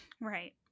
right